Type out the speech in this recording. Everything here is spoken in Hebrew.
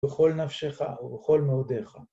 בכל נפשך ובכל מאודיך.